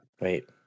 Wait